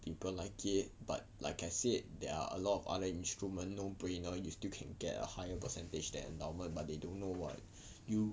people like it but like I said there are a lot of other instrument no brainer you still can get a higher percentage than endowment but they don't know [what] you